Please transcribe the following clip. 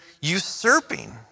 usurping